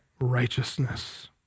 righteousness